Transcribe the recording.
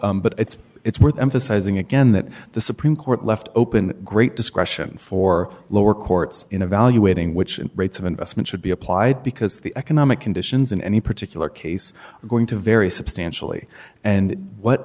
but it's it's worth emphasizing again that the supreme court left open great discretion for lower courts in evaluating which rates of investment should be applied because the economic conditions in any particular case going to vary substantially and what